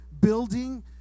building